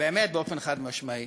באמת באופן חד-משמעי,